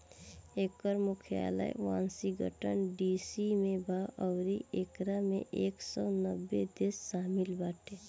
एकर मुख्यालय Washington DC में बा अउरी एकरा में एक सौ नब्बे देश शामिल बाटे